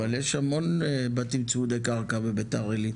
אבל יש המון בתים צמודים קרקע בבית"ר עלית.